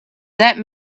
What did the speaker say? that